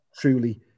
Truly